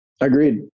Agreed